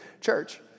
church